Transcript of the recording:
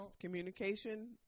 communication